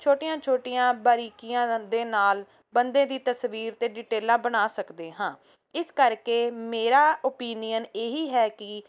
ਛੋਟੀਆਂ ਛੋਟੀਆਂ ਬਾਰੀਕੀਆਂ ਦੇ ਨਾਲ ਬੰਦੇ ਦੀ ਤਸਵੀਰ ਅਤੇ ਡਿਟੇਲਾਂ ਬਣਾ ਸਕਦੇ ਹਾਂ ਇਸ ਕਰਕੇ ਮੇਰਾ ਓਪੀਨੀਅਨ ਇਹੀ ਹੈ ਕਿ